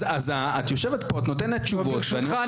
אז את יושבת פה ונותנת תשובות --- ברשותך,